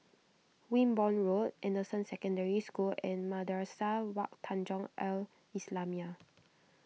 Wimborne Road Anderson Secondary School and Madrasah Wak Tanjong Al Islamiah